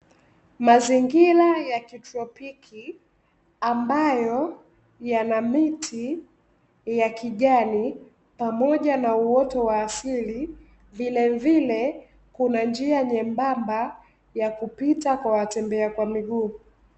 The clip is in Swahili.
Mazingira ya kitropiki ambayo yana miti ya kijani pamoja na uoto wa asili, vilevile kuna njia nyembamba ya kupita kwa watembea kwa miguu.